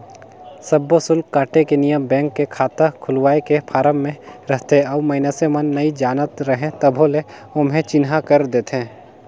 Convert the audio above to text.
सब्बो सुल्क काटे के नियम बेंक के खाता खोलवाए के फारम मे रहथे और मइसने मन नइ जानत रहें तभो ले ओम्हे चिन्हा कर देथे